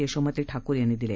यशोमती ठाकूर यांनी दिले